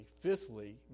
fifthly